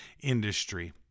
industry